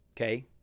Okay